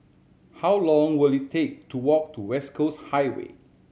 how long will it take to walk to West Coast Highway